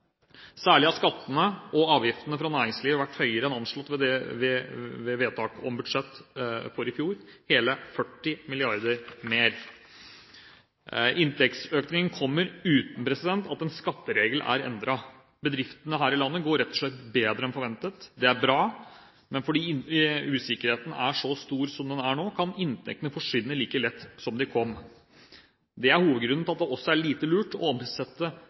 Særlig har skattene og avgiftene fra næringslivet vært høyere enn anslått ved vedtak om budsjett for i fjor, hele 40 mrd. kr mer. Inntektsøkning kommer uten at en skatteregel er endret. Bedriftene her i landet går rett og slett bedre enn forventet. Det er bra, men fordi usikkerheten er så stor som den er nå, kan inntektene forsvinne like lett som de kom. Det er hovedgrunnen til at det også er lite lurt å omsette